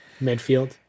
midfield